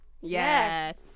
Yes